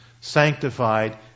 sanctified